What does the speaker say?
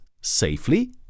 safely